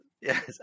yes